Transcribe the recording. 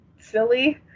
silly